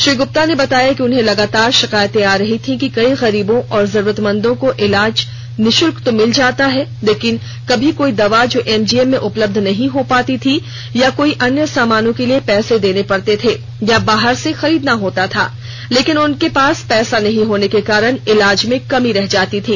श्री गुप्ता ने बताया कि उन्हें लगातार शिकायत आ रही थी कि कई गरीबों और जरूरतमंदों को इलाज तो निःशुल्क मिल जाता थालेकिन कभी कोई दवा जो एमजीएम में उपलब्ध नहीं हो पाती थी या कोई अन्य सामानों के लिए पैसे देने पड़ते थे या बाहर से खरीदने होते थे लेकिन उनके पास पैसा नहीं होने के कारण इलाज में कमी रह जाती थी